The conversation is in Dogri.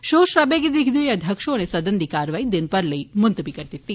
शोर शराबे गी दिक्खदे होई अध्यक्ष होरें सदन दी कारवाई दिन भरै लेई मुंलतबी करी दिती